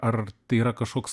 ar tai yra kažkoks